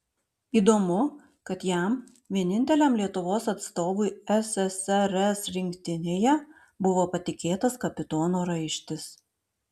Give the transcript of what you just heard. įdomu kad jam vieninteliam lietuvos atstovui ssrs rinktinėje buvo patikėtas kapitono raištis